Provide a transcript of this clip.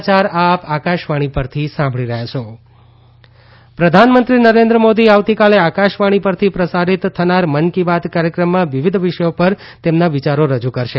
મન કી બાત પ્રધાનમંત્રી નરેન્દ્ર મોદી આવતીકાલે આકાશવાણી પરથી પ્રસારિત થનાર મન કી બાત કાર્યક્રમમાં વિવિધ વિષયો ઉપર તેમના વિયારો રજૂ કરશે